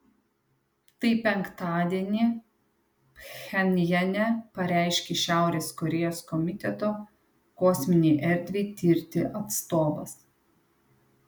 tai penktadienį pchenjane pareiškė šiaurės korėjos komiteto kosminei erdvei tirti atstovas